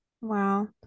Wow